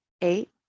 eight